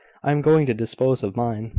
i am going to dispose of mine.